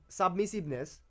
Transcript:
submissiveness